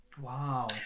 Wow